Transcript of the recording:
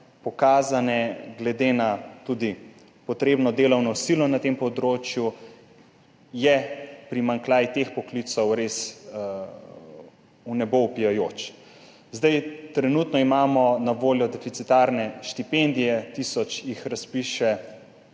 pokazane glede na tudi potrebno delovno silo na tem področju, je primanjkljaj teh poklicev res v nebo vpijajoč. Trenutno imamo na voljo deficitarne štipendije, tisoč jih razpišemo